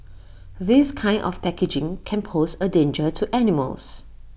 this kind of packaging can pose A danger to animals